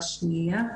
רק שנייה.